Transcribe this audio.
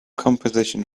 composition